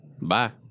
bye